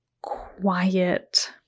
quiet